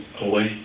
away